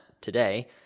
today